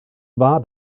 war